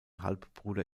halbbruder